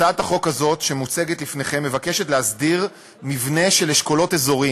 הצעת החוק הזאת שמוצגת לפניכם מבקשת להסדיר מבנה של אשכולות אזוריים,